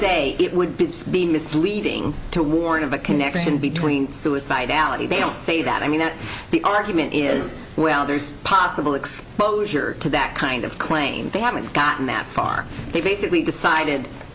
say it would be misleading to warn of a connection between suicidality they all say that i mean that the argument is well there's possible exposure to that kind of claim they haven't gotten that far they've basically decided